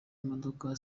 imodoka